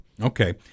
Okay